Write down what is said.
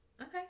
okay